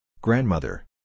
Grandmother